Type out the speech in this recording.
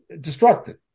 destructive